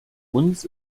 uns